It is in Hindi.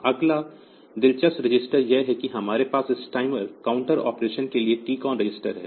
अगला दिलचस्प रजिस्टर यह है कि हमारे पास इस टाइमर काउंटर ऑपरेशन के लिए टीकॉन रजिस्टर है